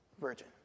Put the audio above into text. virgin